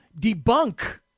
debunk